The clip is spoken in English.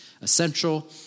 essential